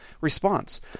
response